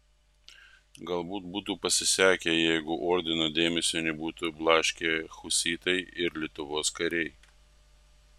galbūt būtų pasisekę jeigu ordino dėmesio nebūtų blaškę husitų ir lietuvos karai